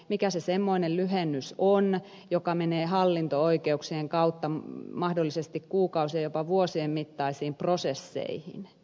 mikä se semmoinen lyhennys on joka menee hallinto oikeuksien kautta mahdollisesti kuukausien jopa vuosien mittaisiin prosesseihin